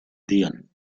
dean